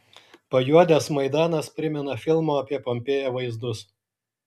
pajuodęs maidanas primena filmo apie pompėją vaizdus